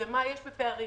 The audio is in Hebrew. ומה יש בפערים.